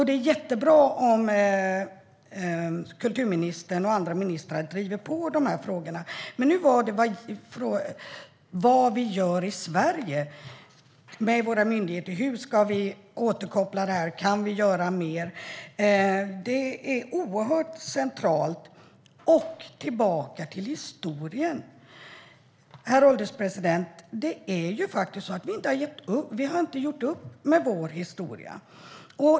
Det är jättebra om kulturministern och andra ministrar driver på dessa frågor. Men frågan handlade om vad vi gör i Sverige med våra myndigheter. Hur ska vi återkoppla detta? Kan vi göra mer? Det är oerhört centralt. Herr ålderspresident! Vi måste också gå tillbaka till historien. Vi har inte gjort upp med vår historia.